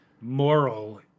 moral